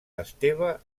esteve